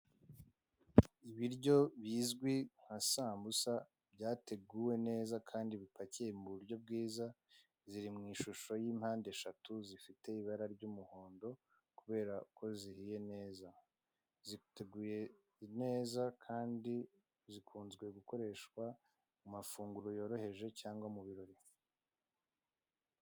Ibiryo bizwi nka sambusa byateguwe neza kandi bipakiye mu buryo bwiza, ziri mu ishusho ya mpande eshatu, zifite ibara ry'umuhondo kubera ko zihiye neza. Ziteguye neza kandi zikunze gukoreshwa mu mafunguro yoroheje cyangwa mu birori.